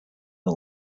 the